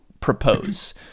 propose